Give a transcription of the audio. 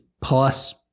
plus